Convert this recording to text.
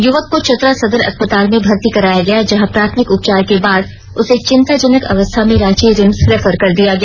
युवक को चतरा सदर अस्पताल में भर्ती कराया गया जहां प्राथमिक उपचार के बाद उसे चिंताजनक अवस्था में रांची रिम्स रेफर कर दिया गया